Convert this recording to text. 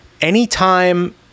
anytime